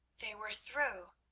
they were through!